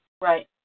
Right